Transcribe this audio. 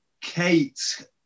Kate